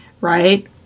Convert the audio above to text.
right